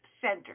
Center